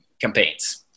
campaigns